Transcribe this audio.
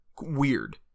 weird